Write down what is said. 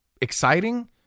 exciting